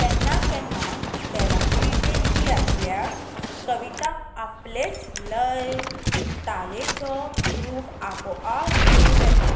केन्ना केन्ना देवाची देणगी आसल्यार कविता आपलेच लय तालेचो रूप आपोआप घेवन येता